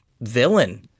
villain